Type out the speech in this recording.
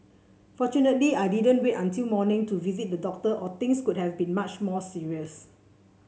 fortunately I didn't wait till morning to visit the doctor or things could have been much more serious